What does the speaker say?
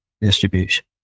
distribution